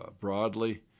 broadly